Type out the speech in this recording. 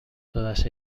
todas